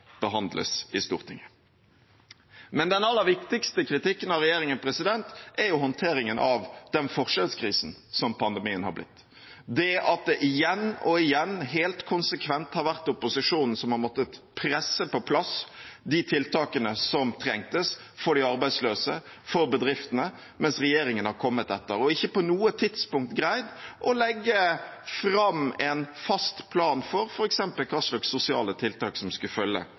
behandles i Stortinget. Men den aller viktigste kritikken av regjeringen er håndteringen av den forskjellskrisen som pandemien har blitt. Det har igjen og igjen helt konsekvent vært opposisjonen som har måttet presse på plass de tiltakene som trengtes for de arbeidsløse og for bedriftene, mens regjeringen har kommet etter, og ikke på noe tidspunkt greid å legge fram en fast plan for, f.eks., hva slags sosiale tiltak som skulle følge